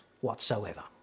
whatsoever